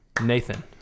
nathan